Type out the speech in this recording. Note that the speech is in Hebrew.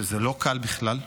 וזה לא קל בכלל,